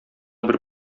бер